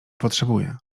potrzebuję